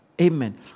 Amen